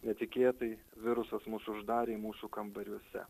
netikėtai virusas mus uždarė mūsų kambariuose